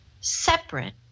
separate